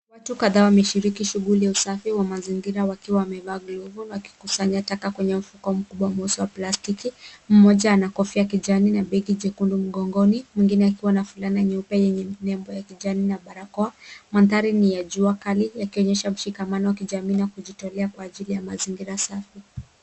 Watu kadhaa wameshiriki shughuli ya usafi wa mazingira wakiwa wamevaa glovu wakikusanya taka kwenye mfuko mkubwa mweusi wa plastiki. Mmoja ana kofia ya kijani na begi jekundu mgongoni mwingine akiwa na fulana nyeupe yenye nembo ya kijani na barakoa. Mandhari ni ya jua kali yakionyesha mshikamano wa kijamii na kujitolea kwa ajili ya mazingira safi.